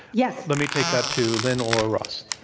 yes. let me take that to lynn or ross.